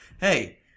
hey